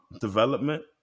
development